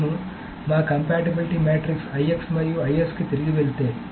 మేము మా compatibility matrix IX మరియు IS కి తిరిగి వెళ్తే